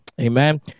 Amen